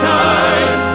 time